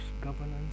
governance